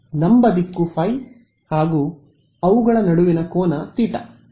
ಲಂಬ ದಿಕ್ಕು ϕ ಹಾಗೂ ಅವುಗಳ ನಡುವಿನ ಕೋನ θ